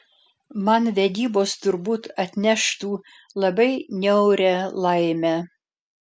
man vedybos turbūt atneštų labai niaurią laimę